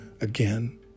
again